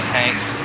tanks